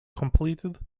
completed